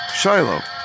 Shiloh